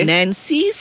Nancy